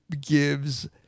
gives